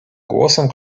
głosem